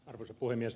arvoisa puhemies